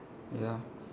ya